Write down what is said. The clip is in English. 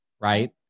right